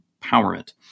empowerment